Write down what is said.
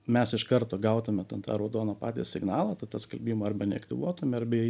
mes iš karto gautume ten tą raudoną patys signalą ta tą skelbimą arba neaktyvuotume arbe jį